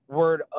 word